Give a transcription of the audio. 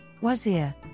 wazir